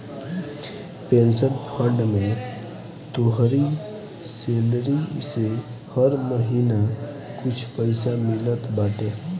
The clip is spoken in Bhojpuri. पेंशन फंड में तोहरी सेलरी से हर महिना कुछ पईसा मिलत बाटे